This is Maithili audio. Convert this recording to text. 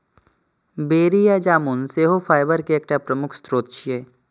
बेरी या जामुन सेहो फाइबर के एकटा प्रमुख स्रोत छियै